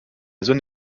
zone